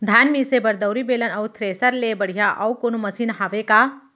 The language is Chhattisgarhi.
धान मिसे बर दउरी, बेलन अऊ थ्रेसर ले बढ़िया अऊ कोनो मशीन हावे का?